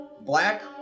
black